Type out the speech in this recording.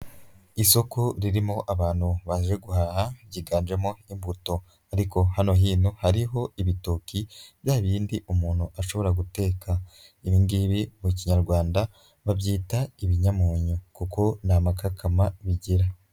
Isoko ririmo abantu baje guhaha, ryiganjemo imbuto ariko hano hino hariho ibitoki bya bindi umuntu ashobora guteka, ibingibi mu kinyarwanda babyita ibinyamunyu kuko nta makakama bigira.